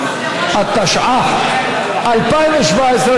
התשע"ח 2017,